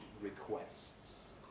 requests